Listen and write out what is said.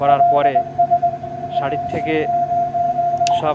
করার পরে শাড়ির থেকে সব